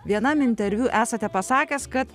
vienam interviu esate pasakęs kad